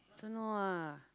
don't know ah